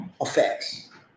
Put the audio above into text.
effects